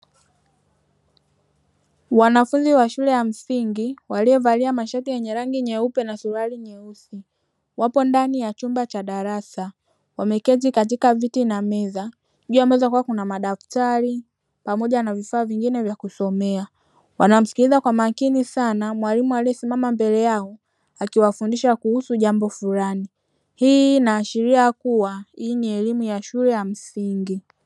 Wanafunzi wa shule ya msingi waliovalia masharti yenye rangi nyeupe na suruali nyeusi, wapo ndani ya chumba cha darasa wameketi katika viti na meza juu meza kukiwa kuna madaftari pamoja na vifaa vingine vya kusomea wanamsikiliza kwa makini sana mwalimu aliyesimama mbele yao akiwafundisha kuhusu jambo fulani, hii inaashiria kuwa hii ni elimu ya shule ya msingi.